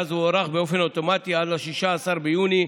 ואז הוארך באופן אוטומטי עד ל-16 ביוני